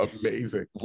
Amazing